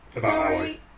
Sorry